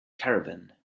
caravan